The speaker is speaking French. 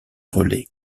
relais